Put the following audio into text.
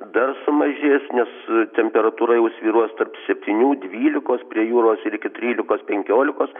dar sumažės nes temperatūra jau svyruos tarp septynių dvylikos prie jūros ir iki trylikos penkiolikos